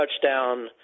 touchdown